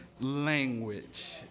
language